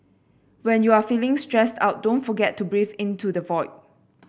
when you are feeling stressed out don't forget to breathe into the void